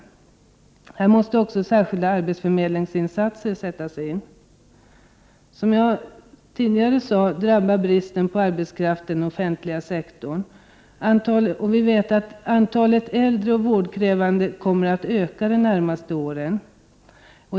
Också särskilda arbetsförmedlingsinsatser måste sättas in. Som jag tidigare sade drabbar bristen på arbetskraft den offentliga sektorn. Antalet äldre och vårdkrävande kommer att öka de närmaste åren.